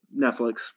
netflix